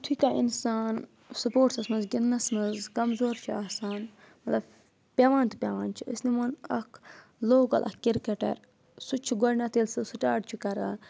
یِتھُے کانٛہہ اِنسان سٕپوٹسَس منٛز گِنٛدنَس منٛز کَمزور چھِ آسان مطلب پیٚوان تہِ پیٚوان چھِ أسۍ نِوان اَکھ لوکَل اَکھ کِرکَٹَر سُہ چھُ گۄڈنؠتھ ییٚلہِ سُہ سٕٹاٹ چھُ کَران